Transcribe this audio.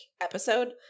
episode